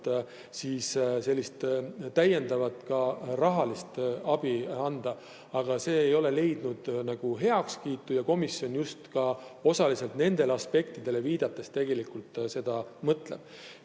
tasandilt täiendavat rahalist abi anda. Aga see ei ole leidnud heakskiitu ja komisjon ka osaliselt nendele aspektidele viidates tegelikult seda mõtleb.